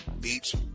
beach